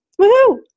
woohoo